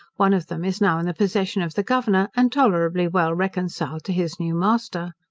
one of them is now in the possession of the governor, and tolerably well reconciled to his new master.